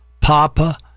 papa